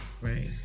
right